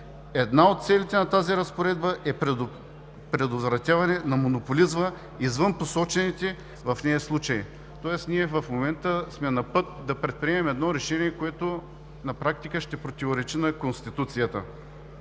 Една от целите на тази разпоредба е предотвратяване на монополизма извън посочените в нея случаи. Тоест ние в момента сме на път да предприемем решение, което на практика ще противоречи на Конституцията.